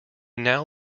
now